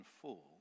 full